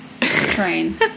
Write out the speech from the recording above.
train